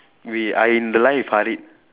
we I in the line with Harid